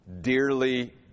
dearly